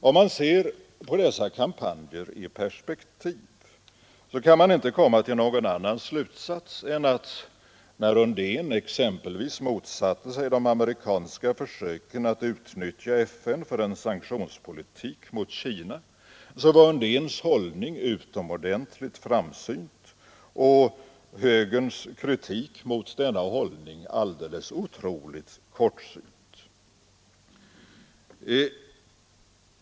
Om man ser på dessa kampanjer i perspektiv, kan man inte komma till någon annan slutsats än att när Undén exempelvis motsatte sig de amerikanska försöken att utnyttja FN för en sanktionspolitik mot Kina, var hans hållning utomordentligt framsynt och högerns kritik mot denna hållning alldeles otroligt kortsynt.